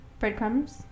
Breadcrumbs